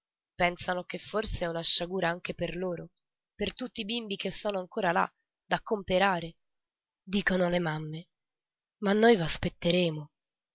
pensano che forse è una sciagura anche per loro per tutti i bimbi che sono ancora là da comperare dicono le mamme ma noi v'aspetteremo